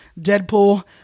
Deadpool